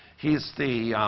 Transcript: he's the